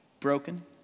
Broken